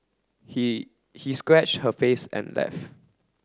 he he scratch her face and left